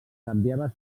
canviava